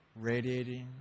radiating